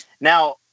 Now